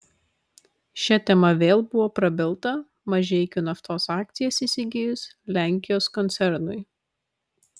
šia tema vėl buvo prabilta mažeikių naftos akcijas įsigijus lenkijos koncernui